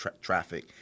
traffic